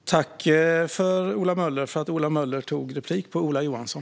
Fru talman! Jag tackar Ola Möller för att han tog replik på Ola Johansson.